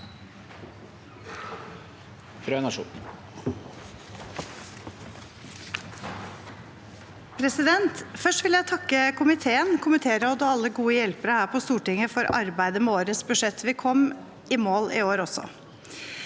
Først vil jeg takke komiteen, komiteråden og alle gode hjelpere her på Stortinget for arbeidet med årets budsjett. Vi kom i mål i år også.